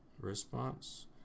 Response